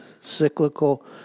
cyclical